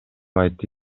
айтты